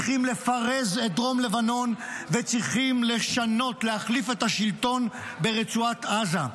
צריכים לפרז את דרום לבנון וצריכים לשנות ולהחליף את השלטון ברצועת עזה.